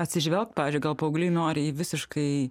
atsižvelgt pavyzdžiui gal paaugliai nori į visiškai